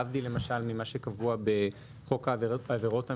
להבדיל למשל ממה שקבוע בחוק העבירות המינהליות,